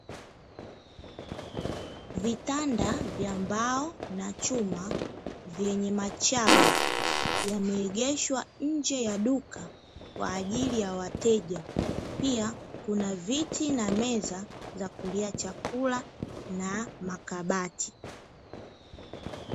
Vitanda vya mbao na chuma vyenye machaga, yameegeashwa nje ya duka kwa ajili ya wateja pia kuna viti na meza za kulia chakula na makabati.